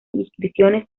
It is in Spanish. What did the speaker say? inscripciones